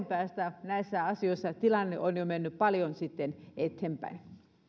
päästä näissä asioissa tilanne on jo mennyt paljon eteenpäin